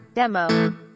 Demo